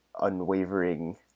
unwavering